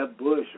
Bush